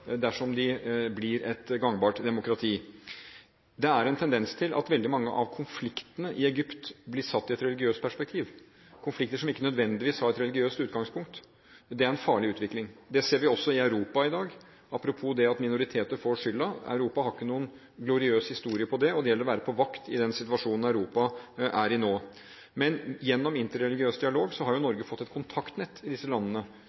blir satt i et religiøst perspektiv. Men det er en farlig utvikling. Det ser vi også i Europa i dag – apropos det at minoriteter får skylden. Europa har ikke noen gloriøs historie her, og det gjelder å være på vakt i den situasjonen Europa er i nå. Gjennom interreligiøs dialog har Norge fått et kontaktnett i disse landene